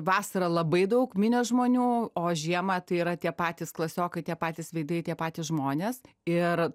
vasarą labai daug minios žmonių o žiemą tai yra tie patys klasiokai tie patys veidai tie patys žmonės ir